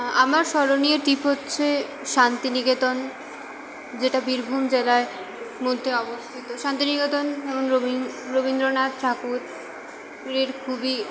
আমার স্মরণীয় ট্রিপ হচ্ছে শান্তিনিকেতন যেটা বীরভূম জেলায় মধ্যে অবস্থিত শান্তিনিকেতন রবীন্দ্রনাথ ঠাকুররের খুবই